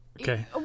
okay